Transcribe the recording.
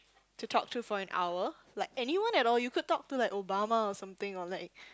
to talk to for an hour like anyone at all you could talk to like Obama or something or like